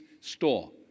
store